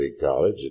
college